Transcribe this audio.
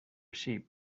sheep